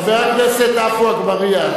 חבר הכנסת עפו אגבאריה,